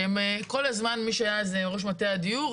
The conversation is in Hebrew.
שכל הזמן מי שהיה ראש מטה הדיור,